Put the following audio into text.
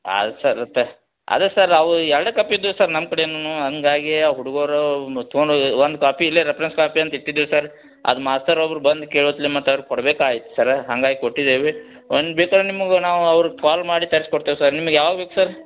ಅಲ್ಲ ಸರ್ ತ ಅದೇ ಸರ್ ಅವು ಎರಡೇ ಕಾಪಿ ಇದ್ದವು ಸರ್ ನಮ್ಮ ಕಡೆನು ಹಾಗಾಗೆ ಆ ಹುಡ್ಗರು ತೊಗೊಂಡೋಗಿ ಒಂದು ಕಾಪಿ ಇಲ್ಲೇ ರೆಪ್ರೆನ್ಸ್ ಕಾಪಿ ಅಂತ ಇಟ್ಟಿದ್ದೇವೆ ಸರ್ ಅದು ಮಾಸ್ತರ್ ಒಬ್ರು ಬಂದು ಕೇಳೊತ್ತಿಗ್ ಮತ್ತೆ ಅವ್ರ್ಗೆ ಕೊಡ್ಬೇಕಾಯ್ತು ಸರ್ರ ಹಂಗಾಗಿ ಕೊಟ್ಟಿದ್ದೇವೆ ಒಂದು ಬೇಕಾದ್ರೆ ನಿಮ್ಗೆ ನಾವು ಅವ್ರ್ಗೆ ಕಾಲ್ ಮಾಡಿ ತರ್ಸ್ಕೊಡ್ತೇವೆ ಸರ್ ನಿಮ್ಗೆ ಯಾವ್ಗ ಬೇಕು ಸರ್